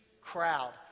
crowd